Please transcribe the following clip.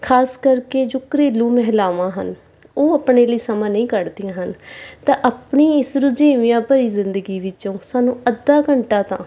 ਖਾਸ ਕਰਕੇ ਜੋ ਘਰੇਲੂ ਮਹਿਲਾਵਾਂ ਹਨ ਉਹ ਆਪਣੇ ਲਈ ਸਮਾਂ ਨਹੀਂ ਕੱਢਦੀਆਂ ਹਨ ਤਾਂ ਆਪਣੀ ਇਸ ਰੁਝਿਵਿਆਂ ਭਰੀ ਜ਼ਿੰਦਗੀ ਵਿੱਚੋਂ ਸਾਨੂੰ ਅੱਧਾ ਘੰਟਾ ਤਾਂ